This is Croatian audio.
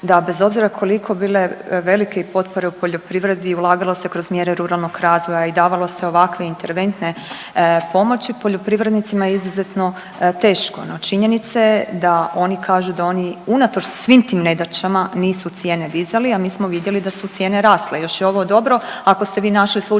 da bez obzira koliko bile velike i potpore u poljoprivredi i … kroz mjere ruralnog razvoja i davalo se ovakve interventne pomoći poljoprivrednicima je izuzetno teško. No činjenice da oni kažu da oni unatoč svim tim nedaćama nisu cijene dizali, a mi smo vidjeli da su cijene rasle. Još je ovo dobro, ako ste vi našli slučajeve